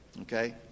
Okay